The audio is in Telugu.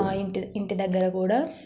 మా ఇంటి ఇంటి దగ్గర కూడా